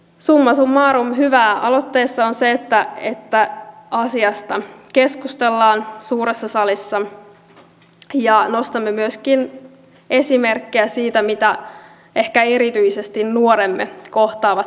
summa summarum hyvää aloitteessa on se että asiasta keskustellaan suuressa salissa ja nostamme myöskin esimerkkejä siitä mitä ehkä erityisesti nuoremme kohtaavat työmarkkinoilla